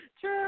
True